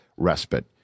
respite